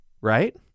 right